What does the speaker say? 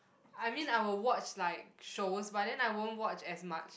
I mean I will watch like shows but then I won't watch as much